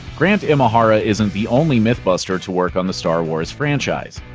grant imahara isn't the only mythbuster to work on the star wars franchise.